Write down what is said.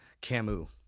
Camus